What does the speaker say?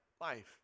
life